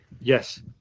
yes